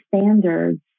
standards